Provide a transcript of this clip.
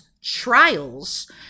trials